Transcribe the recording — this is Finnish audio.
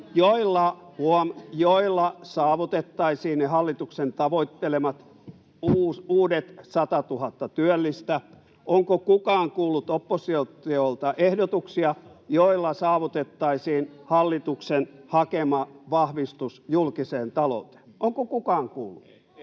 huom. — saavutettaisiin ne hallituksen tavoittelemat uudet satatuhatta työllistä? Onko kukaan kuullut oppositiolta ehdotuksia, joilla saavutettaisiin hallituksen hakema vahvistus julkiseen talouteen? Onko kukaan kuullut?